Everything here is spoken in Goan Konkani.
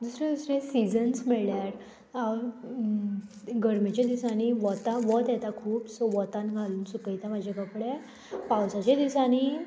दुसरे दुसरे सिजन्स म्हणल्यार हांव गर्मेच्या दिसांनी वता वत येता खूब सो वोतान घालून सुकयता म्हाजे कपडे पावसाच्या दिसांनी